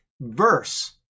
verse